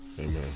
Amen